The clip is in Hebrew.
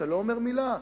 ואתה לא אומר מלה.